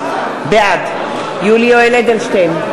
בעד יולי יואל אדלשטיין,